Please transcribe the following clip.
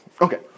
Okay